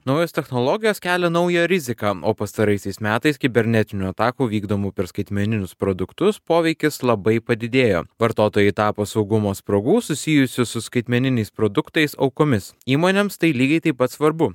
naujos technologijos kelia naują riziką o pastaraisiais metais kibernetinių atakų vykdomų per skaitmeninius produktus poveikis labai padidėjo vartotojai tapo saugumo spragų susijusių su skaitmeniniais produktais aukomis įmonėms tai lygiai taip pat svarbu